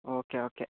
okay okay